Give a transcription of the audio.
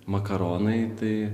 makaronai tai